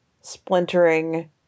splintering